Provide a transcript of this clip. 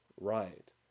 right